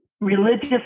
religious